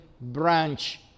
branch